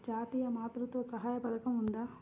జాతీయ మాతృత్వ సహాయ పథకం ఉందా?